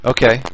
Okay